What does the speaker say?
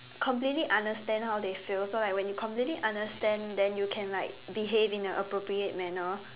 completely understand how they feel so like when you completely understand then you can like behave in a appropriate manner